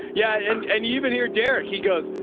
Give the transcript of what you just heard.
yeah. and, and even here, derek, he goes,